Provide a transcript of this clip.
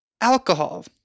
alcohol